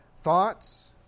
thoughts